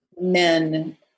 men